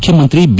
ಮುಖ್ಯಮಂತ್ರಿ ಬಿ